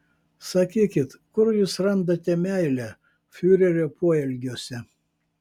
sakykit kur jūs randate meilę fiurerio poelgiuose